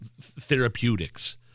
therapeutics